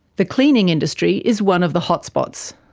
the cleaning industry is one of the hot spots.